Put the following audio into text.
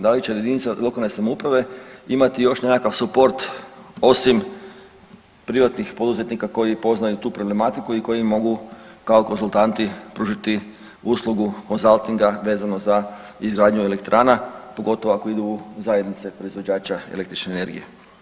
Da li će jedinice lokalne samouprave imati još nekakav suport osim privatnih poduzetnika koji poznaju tu problematiku i koji mogu kao konzultanti pružiti uslugu konzaltinga vezano za izgradnju elektrana, pogotovo ako idu u zajednicu potrošača električne energije.